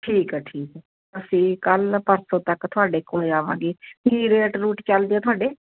ਠੀਕ ਆ ਠੀਕ ਆ ਅਸੀਂ ਕੱਲ੍ਹ ਪਰਸੋਂ ਤੱਕ ਤੁਹਾਡੇ ਕੋਲ ਆਵਾਂਗੇ ਕੀ ਰੇਟ ਰੂਟ ਚੱਲਦੇ ਆ ਤੁਹਾਡੇ